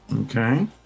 Okay